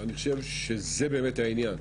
אני חושב שזה באמת העניין,